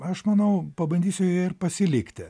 aš manau pabandysiu joje ir pasilikti